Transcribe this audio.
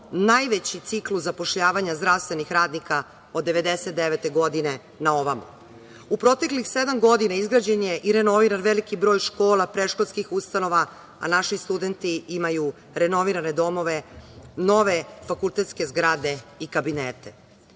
najveći ciklus zapošljavanja zdravstvenih radnika od 1999. godine na ovamo.U proteklih sedam godina izgrađen je i renoviran veliki broj škola, predškolskih ustanova, a naši studenti imaju renovirane domove, nove fakultetske zgrade i